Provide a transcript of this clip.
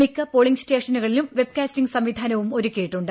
മിക്ക പോളിംഗ് സ്റ്റേഷനുകളിലും വെബ്കാസ്റ്റിംഗ് സംവിധാനവും ഒരുക്കിയിട്ടുണ്ട്